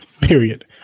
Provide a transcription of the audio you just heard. period